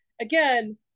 again